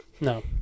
No